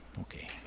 Okay